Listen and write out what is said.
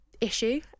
issue